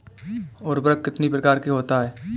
उर्वरक कितनी प्रकार के होता हैं?